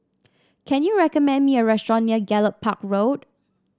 can you recommend me a restaurant near Gallop Park Road